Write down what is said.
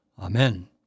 Amen